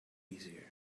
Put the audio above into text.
easier